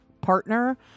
partner